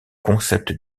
concepts